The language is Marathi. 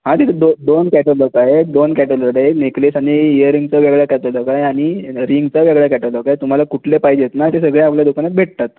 हां तिथे दोन दोन कॅटलॉग आहेत दोन कॅटलॉग आहे नेकलेस आणि इअररिंगचा वेगळा कॅटलॉग आहे आणि रिंगचा वेगळा कॅटलॉग आहे तुम्हाला कुठलं पाहिजेत ना ते सगळे आपल्या दुकानात भेटतात